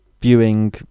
Viewing